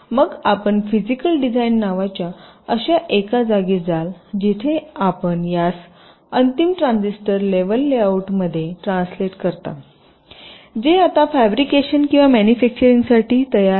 मग आपण physical design नावाच्या अशा एका जागी जाल जिथे आपण यास अंतिम ट्रांझिस्टर लेव्हल लेआउटमध्ये ट्रान्सलेट करता जे आता फॅब्रिकेशन किंवा मॅन्युफॅक्चरिंगसाठी तयार आहे